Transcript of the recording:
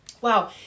Wow